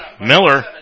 Miller